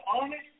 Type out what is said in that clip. honest